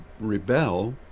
rebel